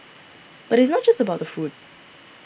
but it is not just about the food